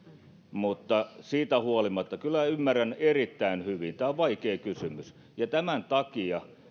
mutta siitä huolimatta kyllä ymmärrän erittäin hyvin tämä on vaikea kysymys ja tämän takia